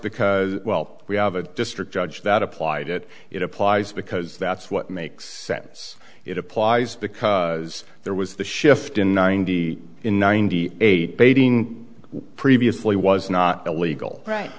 because well we have a district judge that applied it it applies because that's what makes sense it applies because there was the shift in ninety in ninety eight bating previously was not a legal